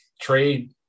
trade